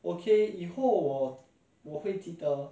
remember